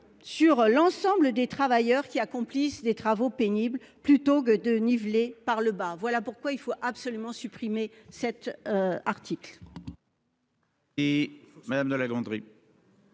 à l'ensemble des travailleurs qui accomplissent des travaux pénibles, plutôt que de niveler par le bas. Voilà pourquoi il faut absolument supprimer cet article.